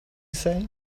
say